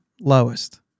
lowest